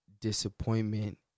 disappointment